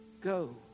go